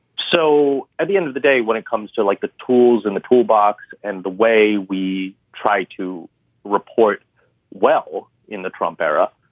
so at the end of the day, when it comes to like the tools in the tool box and the way we try to report well, in the trump era,